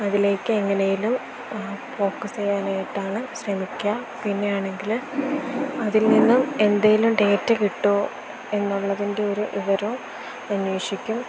അതിലേക്ക് എങ്ങനെയെങ്കിലും ഫോക്കസ് ചെയ്യാനായിട്ടാണ് ശ്രമിക്കുക പിന്നെയാണെങ്കില് അതിൽനിന്നും എന്തെങ്കിലും ഡേറ്റ കിട്ടുമോയെന്നുള്ളതിൻ്റെ ഒരു വിവരവും അന്വേഷിക്കും